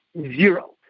Zero